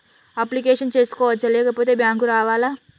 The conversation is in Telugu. అప్లికేషన్ చేసుకోవచ్చా లేకపోతే బ్యాంకు రావాలా?